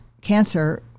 cancer